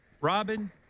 Robin